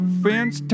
friends